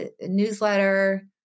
newsletter